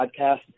podcast